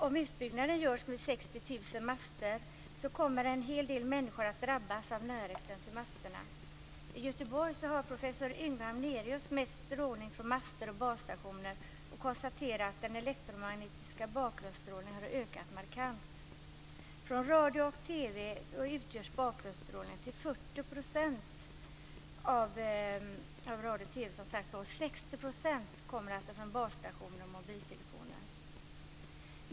Om det görs en utbyggnad med 60 000 master kommer en hel del människor att drabbas av närheten till masterna. I Göteborg har professor Yngve Hamnerius mätt strålning från master och basstationer och konstaterat att den elektromagnetiska bakgrundsstrålningen har ökat markant. Bakgrundsstrålningen kommer till 40 % från radio och TV, och 60 % kommer från basstationer och mobiltelefoner.